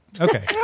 Okay